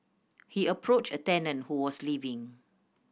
he approached a tenant who was leaving